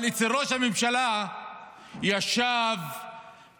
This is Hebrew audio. אבל אצל ראש הממשלה ביבי נתניהו הוא ישב פעם,